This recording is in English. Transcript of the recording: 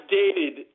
dated